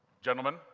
Gentlemen